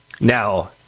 Now